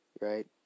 right